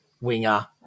winger